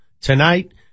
Tonight